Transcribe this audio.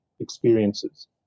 experiences